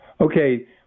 Okay